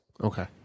Okay